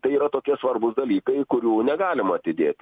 tai yra tokie svarbūs dalykai kurių negalima atidėti